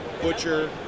Butcher